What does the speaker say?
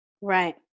Right